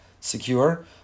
secure